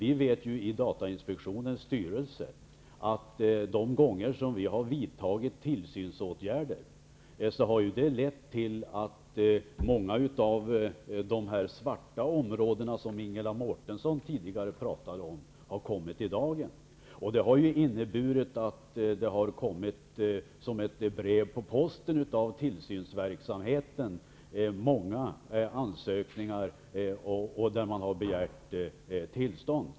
I datainspektionens styrelse vet vi att det de gånger vi har vidtagit tillsynsåtgärder har lett till att många av de svarta områden som Ingela Mårtensson tidigare pratade om har kommit i dagen. Det har inneburit att många ansökningar har kommit in, där man har begärt tillstånd.